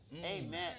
Amen